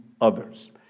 others